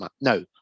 No